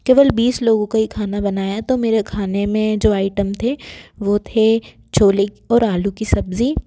केवल बीस लोगों का ही खाना बनाया तो मेरे खाने में जो आइटम थे वह थे छोले और आलू की सब्ज़ी